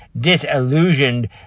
disillusioned